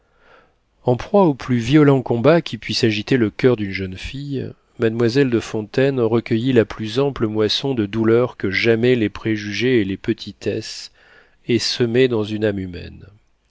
en proie au plus violent combat qui puisse agiter le coeur d'une jeune fille mademoiselle de fontaine recueillit la plus ample moisson de douleurs que jamais les préjugés et les petitesses aient semée dans une âme humaine